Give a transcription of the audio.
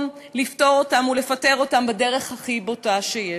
לפטור אותם ולפטר אותם בדרך הכי בוטה שיש?